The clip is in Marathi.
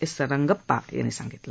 एस रंगप्पा यांनी सांगितलं